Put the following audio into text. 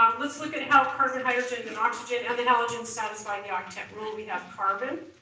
let's look at how carbon, hydrogen, and oxygen and the halogens satisfy the octet rule. we have carbon,